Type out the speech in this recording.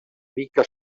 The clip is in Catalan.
mica